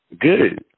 Good